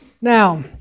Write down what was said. Now